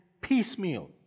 piecemeal